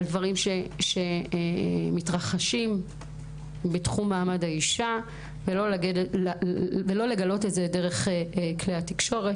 דברים שקורים בתחום מעמד האישה ולא לגלות את זה דרך התקשורת.